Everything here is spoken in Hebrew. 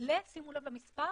שימו לב למספר